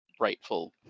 rightful